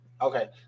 Okay